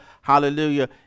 hallelujah